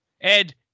Ed